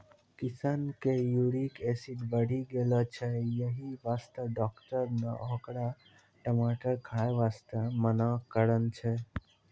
किशन के uric acid बढ़ी गेलो छै यही वास्तॅ डाक्टर नॅ होकरा टमाटर खाय वास्तॅ मना करनॅ छै